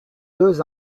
deux